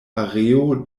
areo